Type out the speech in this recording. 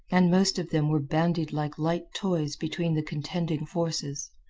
and most of them were bandied like light toys between the contending forces.